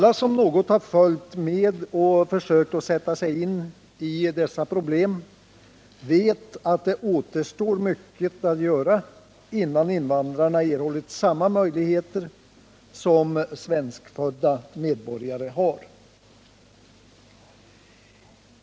Alla som något följt och försökt sätta sig in i dessa problem vet, att det återstår mycket att göra innan invandrarna erhållit samma möjligheter som svenskfödda medborgare har.